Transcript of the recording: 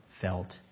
felt